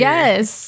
Yes